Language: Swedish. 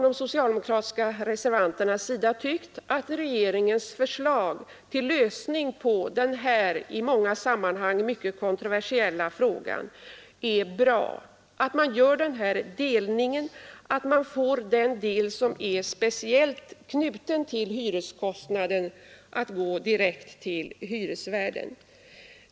De socialdemokratiska reservanterna tycker att regeringens förslag till lösning på denna i många sammanhang mycket kontroversiella fråga är bra; man åstadkommer en delning, och den del som är direkt knuten till hyreskostnaden går direkt till hyresvärden.